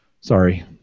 sorry